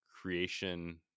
creation